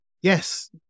Yes